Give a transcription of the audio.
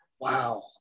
Wow